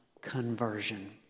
conversion